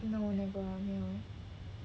no never